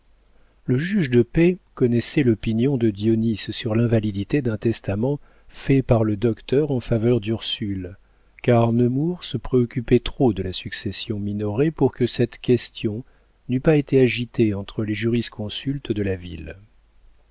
le juge de paix connaissait l'opinion de dionis sur l'invalidité d'un testament fait par le docteur en faveur d'ursule car nemours se préoccupait trop de la succession minoret pour que cette question n'eût pas été agitée entre les jurisconsultes de la ville